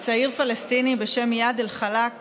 צעיר פלסטיני בשם איאד אלחלאק